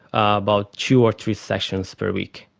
about two or three sessions per week.